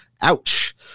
Ouch